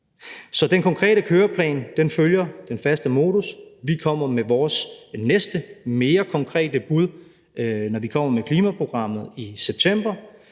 Så den konkrete køreplan følger den faste modus. Vi kommer med vores næste, mere konkrete bud, når vi kommer med klimaprogrammet i september,